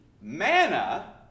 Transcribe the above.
manna